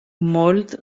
molt